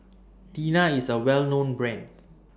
Tena IS A Well known Brand